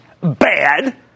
bad